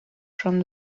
from